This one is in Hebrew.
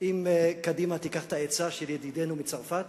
אם קדימה תיקח את העצה של ידידנו מצרפת,